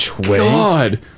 God